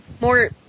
more